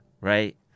Right